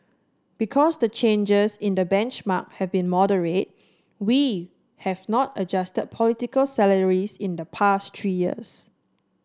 because the changes in the benchmark have been moderate we have not adjusted political salaries in the past three years